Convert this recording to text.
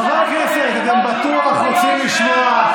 חברי הכנסת, אתם בטוח רוצים לשמוע.